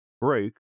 Break